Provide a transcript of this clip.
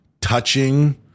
touching